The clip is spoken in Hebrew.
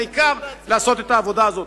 העיקר לעשות את העבודה הזאת.